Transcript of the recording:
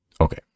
Okay